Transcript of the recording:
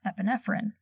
epinephrine